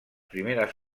primeres